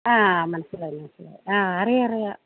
ആ മനസ്സിലായി മനസ്സിലായി ആ അറിയാം അറിയാം